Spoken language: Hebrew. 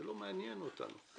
זה לא מעניין אותנו.